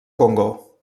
congo